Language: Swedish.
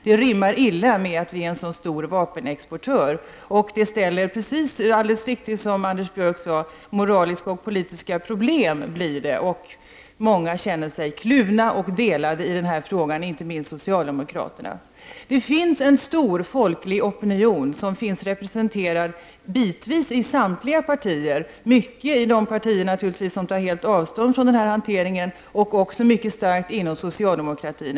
Det rimmar illa med att vi är en sådan stor vapenexportör, och det ger, precis som Anders Björck sade, upphov till moraliska och politiska problem. Många, inte minst bland socialdemokraterna, känner sig kluvna och delade i denna fråga. Det finns en stor folklig opinion som är representerad bitvis i samtliga partier. Den är naturligtvis starkt representerad i de partier som helt tar avstånd från denna hantering, men den är även starkt representerad inom socialdemokratin.